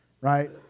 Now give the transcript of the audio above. right